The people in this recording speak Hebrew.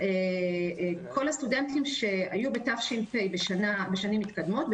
כל הסטודנטים שהיו בתש"פ בשנים מתקדמות,